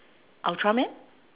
ultraman